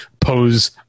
pose